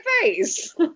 face